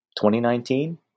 2019